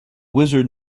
wizard